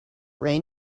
rain